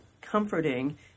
comforting